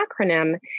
acronym